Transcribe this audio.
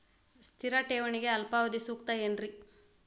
ಸ್ಥಿರ ಠೇವಣಿಗೆ ಅಲ್ಪಾವಧಿ ಸೂಕ್ತ ಏನ್ರಿ?